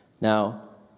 Now